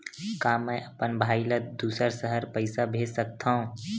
का मैं अपन भाई ल दुसर शहर पईसा भेज सकथव?